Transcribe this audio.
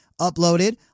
uploaded